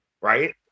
right